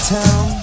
town